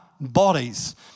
bodies